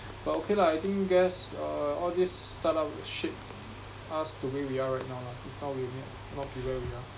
but okay lah I think guess uh all these startup shape us the way we are right now lah got to where we are